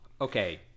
Okay